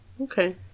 Okay